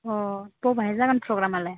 अ बबेहाय जागोन प्रग्रामआलाय